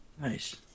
Nice